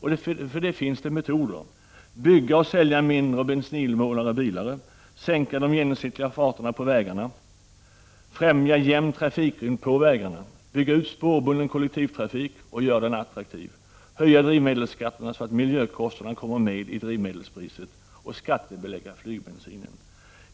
För detta finns det metoder: tillverka och sälja mindre och bensinsnålare bilar, sänka de genomsnittliga farterna på vägarna, främja en jämn trafikrytm på vägarna, bygga ut spårbunden kollektivtrafik och göra den attraktiv, höja drivmedelsskatterna, så att miljökostnaderna kommer med i drivmedelspriset, och skattebelägga flygbensinen.